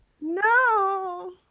No